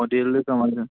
ꯃꯣꯗꯦꯜꯗꯨ ꯀꯃꯥꯏꯅ